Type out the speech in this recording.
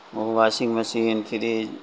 وہ washing machine fridge